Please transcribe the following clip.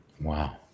Wow